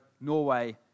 Norway